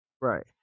Right